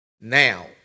Now